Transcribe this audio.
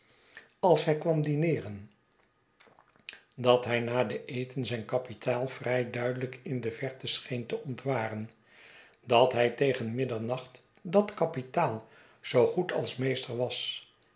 als hij kwam dineeren dat hij na den eten zijn kapitaal vrij duidelijk in de verte scheen te ontwaren dat hij tegen middernacht dat kapitaal zoogoed als meester was